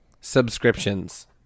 subscriptions